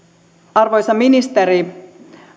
arvoisa ministeri